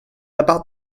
about